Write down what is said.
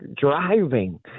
driving